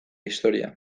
historia